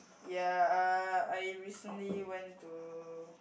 ya uh I recently went to